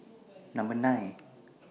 Number nine